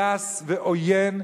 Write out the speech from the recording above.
גס ועוין,